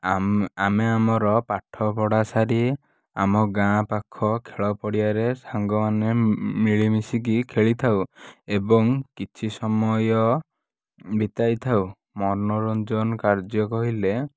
ଆମେ ଆମେ ଆମର ପାଠପଢ଼ା ସାରି ଆମ ଗାଁ ପାଖ ଖେଳପଡ଼ିଆରେ ସାଙ୍ଗମାନେ ମିଳି ମିଶିକି ଖେଳିଥାଉ ଏବଂ କିଛି ସମୟ ବିତାଇଥାଉ ମନୋରଞ୍ଜନ କାର୍ଯ୍ୟ କହିଲେ